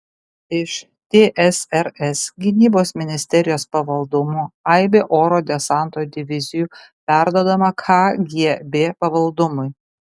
iš tsrs gynybos ministerijos pavaldumo aibė oro desanto divizijų perduodama kgb pavaldumui